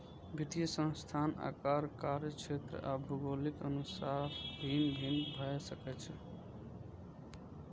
वित्तीय संस्थान आकार, कार्यक्षेत्र आ भूगोलक अनुसार भिन्न भिन्न भए सकै छै